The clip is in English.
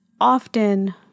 often